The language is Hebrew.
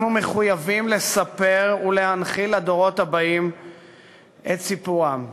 אנחנו מחויבים לספר ולהנחיל לדורות הבאים את סיפורם.